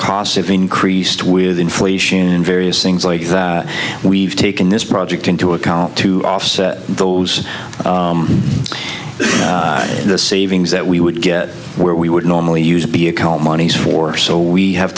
cost of increased with inflation and various things like that we've taken this project into account to offset those the savings that we would get where we would normally use be a call monies for so we have